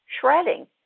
shredding